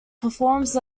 performs